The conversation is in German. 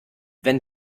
wenn